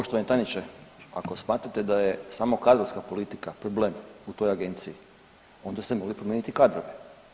Poštovani tajniče, ako smatrate da je samo kadrovska politika problem u toj agenciji onda ste mogli promijeniti kadrove.